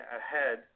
ahead